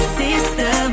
sister